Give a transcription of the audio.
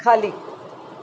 खाली